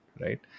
right